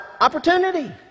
opportunity